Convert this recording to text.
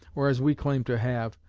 or as we claim to have,